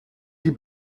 die